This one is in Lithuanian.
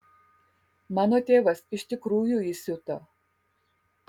mano tėvas iš tikrųjų įsiuto